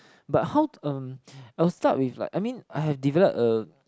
but how um I will start with like I mean I have develop a